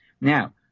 Now